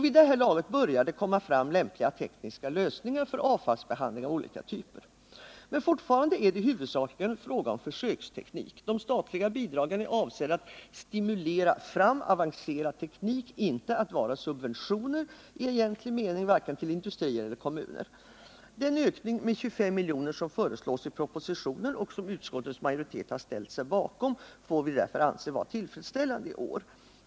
Vid det här laget börjar det komma lämpliga tekniska lösningar för avfallsbehandling av olika typer. Men fortfarande är det huvudsakligen fråga om försöksteknik. De statliga bidragen är avsedda att stimulera fram avancerad teknik, inte att vara subventioner i egentlig mening, vare sig till industrier eller till kommuner. Den ökning med 25 milj.kr. som föreslås i propositionen och som även utskottets majoritet ställt sig bakom får vi därför anse vara tillfredsställande i år.